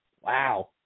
Wow